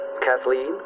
Kathleen